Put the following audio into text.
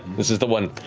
this is the one,